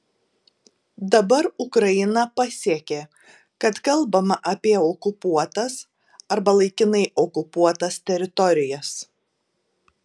dabar ukraina pasiekė kad kalbama apie okupuotas arba laikinai okupuotas teritorijas